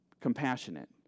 compassionate